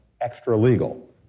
extra-legal